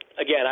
again